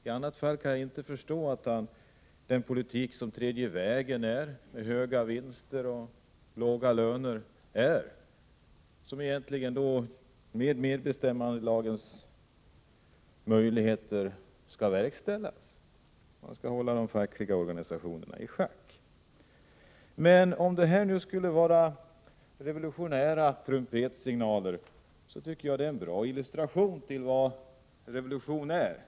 I annat fall kan jaginte förstå den politik som är tredje vägen med höga vinster och låga löner och som skall verkställas med hjälp av medbestämmandelagens möjligheter. Man skall hålla de fackliga organisationerna i schack. Men om det här nu skulle vara revolutionära trumpetsignaler tycker jag att det är en bra illustration till vad revolution är.